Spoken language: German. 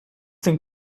denn